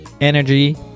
energy